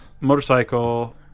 Motorcycle